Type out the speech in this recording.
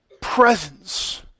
presence